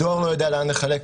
הדואר לא יודע לאן לחלק,